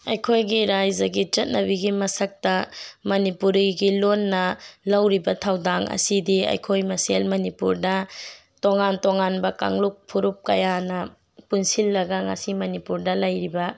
ꯑꯩꯈꯣꯏꯒꯤ ꯔꯥꯏꯖꯒꯤ ꯆꯠꯅꯕꯤꯒꯤ ꯃꯁꯛꯇ ꯃꯅꯤꯄꯨꯔꯤꯒꯤ ꯂꯣꯟꯅ ꯂꯧꯔꯤꯕ ꯊꯧꯗꯥꯡ ꯑꯁꯤꯗꯤ ꯑꯩꯈꯣꯏ ꯃꯁꯦꯟ ꯃꯅꯤꯄꯨꯔꯗ ꯇꯣꯉꯥꯟ ꯇꯣꯉꯥꯟꯕ ꯀꯥꯡꯂꯨꯞ ꯐꯨꯔꯨꯞ ꯀꯌꯥꯅ ꯄꯨꯟꯁꯤꯜꯂꯒ ꯉꯁꯤ ꯃꯅꯤꯄꯨꯔꯗ ꯂꯩꯔꯤꯕ